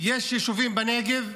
יש יישובים בנגב,